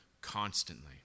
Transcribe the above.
constantly